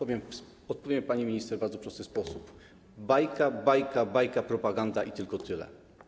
Odpowiem pani minister w bardzo prosty sposób: bajka, bajka, bajka, propaganda i tylko tyle.